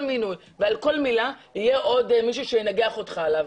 מינוי ועל כל מילה יהיה עוד מישהו שינגח אותך עליו.